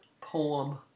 poem